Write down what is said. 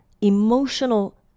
emotional